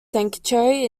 sanctuary